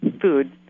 food